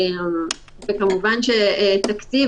כמובן שלתת תקציב